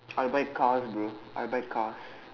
I buy cars bro I buy cars